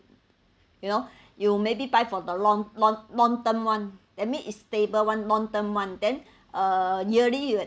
you know you maybe buy for the long long long term [one] that mean is stable [one] long term [one] then uh yearly you